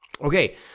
Okay